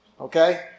okay